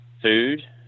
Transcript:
food